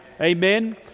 Amen